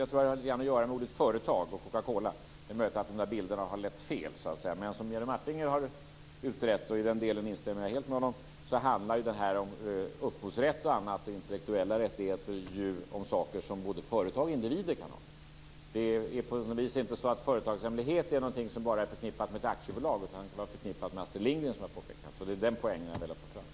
Jag tror att det kan ha att göra litet grand med orden företag och Coca-Cola. Det är möjligt att bilderna har lett fel. Som Jerry Martinger har utrett - och i den delen instämmer jag helt med honom - handlar upphovsrätt och intellektuella rättigheter ju om saker som både företag och individer kan ha. Det är inte så att företagshemligheter bara är någonting som är förknippat med aktiebolag, utan det kan också vara förknippat med Astrid Lindgren, som jag påpekade. Det är den poängen jag har velat få fram.